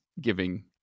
giving